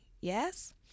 Yes